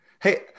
hey